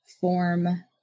form